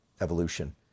evolution